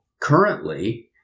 currently